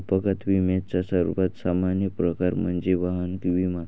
अपघात विम्याचा सर्वात सामान्य प्रकार म्हणजे वाहन विमा